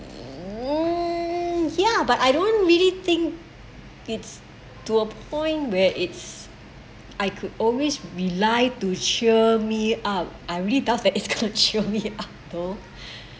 mm ya but I don't really think it's to a point where it's I could always rely to cheer me up I really doubt that it's gonna cheer me up though